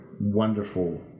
wonderful